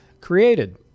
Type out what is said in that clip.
created